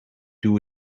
doe